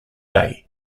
day